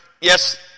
yes